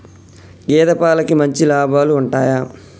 గేదే పాలకి మంచి లాభాలు ఉంటయా?